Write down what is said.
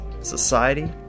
society